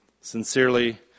Sincerely